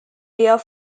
their